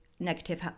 negative